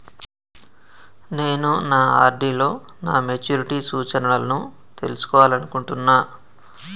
నేను నా ఆర్.డి లో నా మెచ్యూరిటీ సూచనలను తెలుసుకోవాలనుకుంటున్నా